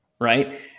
right